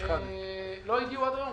לא הגיעו עד היום.